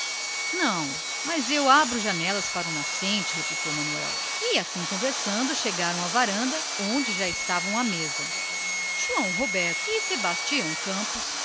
quentes mas abrem se lhe janelas para o nascente concluiu o negociante e assim conversando chegaram à varanda onde já estavam à mesa josé roberto e sebastião campos